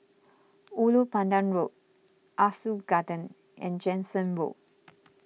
Ulu Pandan Road Ah Soo Garden and Jansen Road